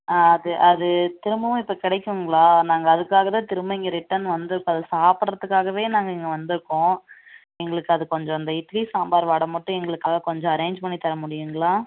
அது அது திரும்பவும் இப்போ கிடைக்குங்களா நாங்கள் அதுக்காக தான் திரும்ப இங்கே ரிட்டன் வந்திருக்கோம் அதை சாப்பிட்றத்துக்காகவே நாங்கள் இங்கே வந்திருக்கோம் எங்களுக்கு அது கொஞ்சம் இந்த இட்லி சாம்பார் வடை மட்டும் எங்களுக்காக கொஞ்சம் அரேஞ்ச் பண்ணி தர முடியுங்களா